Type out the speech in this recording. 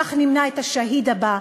כך נמנע את השהיד הבא,